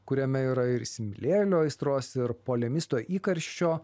kuriame yra ir įsimylėjėlio aistros ir polemisto įkarščio